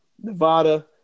Nevada